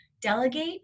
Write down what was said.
delegate